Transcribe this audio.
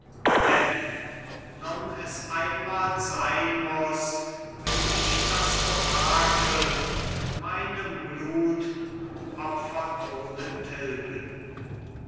denn nun es einmal sein muß will ich das orakel mit meinem blut und opfertode tilgen